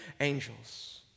angels